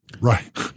Right